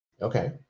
okay